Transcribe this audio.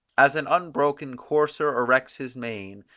as an unbroken courser erects his mane,